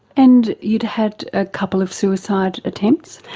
and you'd had a couple of suicide attempts?